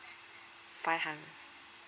five hundred